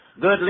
Good